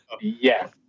Yes